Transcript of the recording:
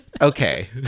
Okay